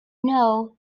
know